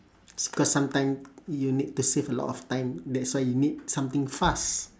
s~ cause sometimes you need to save a lot of time that's why you need something fast